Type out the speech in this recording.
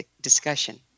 discussion